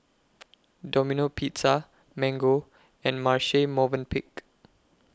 Domino Pizza Mango and Marche Movenpick